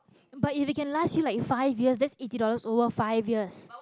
but if it can last you like five years that's eighty dollars over five years